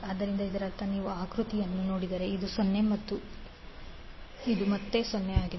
ಆದ್ದರಿಂದ ಇದರರ್ಥ ನೀವು ಆಕೃತಿಯನ್ನು ನೋಡಿದರೆ ಇದು 0 ಮತ್ತು ಇದು ಮತ್ತೆ 0 ಆಗಿದೆ